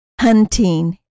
Hunting